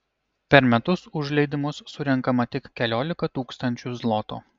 per metus už leidimus surenkama tik keliolika tūkstančių zlotų